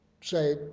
say